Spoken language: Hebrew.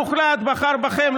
רובו המוחלט בחר בכם,